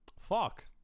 Fuck